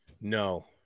No